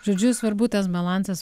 žodžiu svarbu tas balansas